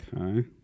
Okay